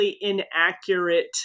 inaccurate